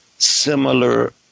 similar